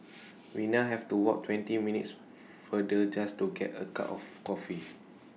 we now have to walk twenty minutes farther just to get A cup of coffee